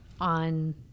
on